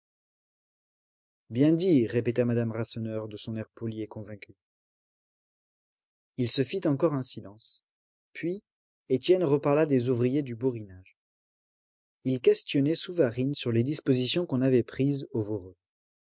bien dit répéta madame rasseneur de son air poli et convaincu il se fit encore un silence puis étienne reparla des ouvriers du borinage il questionnait souvarine sur les dispositions qu'on avait prises